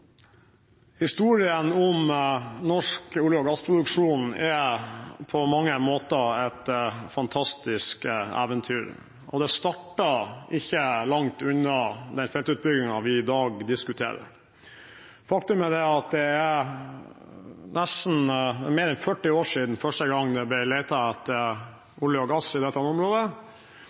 Historien om norsk olje- og gassproduksjon er på mange måter et fantastisk eventyr, og det startet ikke langt unna den feltutbyggingen vi i dag diskuterer. Faktum er at det er mer enn 40 år siden første gang det